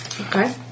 Okay